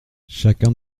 chacun